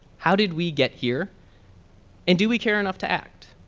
how did we get here and do we care enough to act